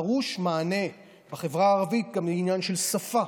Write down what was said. דרוש מענה בחברה הערבית גם בעניין של שפה.